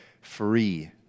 free